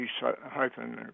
hyphen